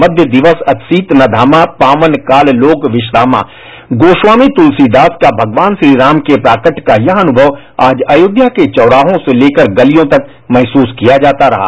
मध्य दिक्स अति सीत न घामा पावन काल लोक बिश्रामार गोस्वामी तुलसीदास का भगवान श्रीराम के प्राकट्य का यह अनुभव आज अयोध्या के चौराहों से लेकर गलियों तक महसूस किया जाता रहा